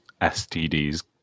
STDs